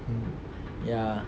mm ya